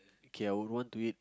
K I will want to eat